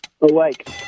Awake